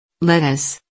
Lettuce